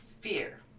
fear